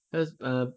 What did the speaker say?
cause um